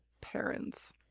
parents